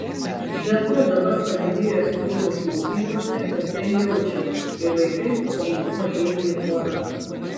be to dabar padidėjęs krūvis mokyklose ir tai jaučiama kai vaikai po pamokų ateina į chorą